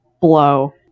blow